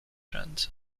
ręce